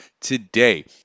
today